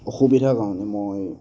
অসুবিধাৰ কাৰণে মই